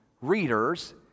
readers